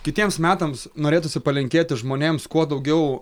kitiems metams norėtųsi palinkėti žmonėms kuo daugiau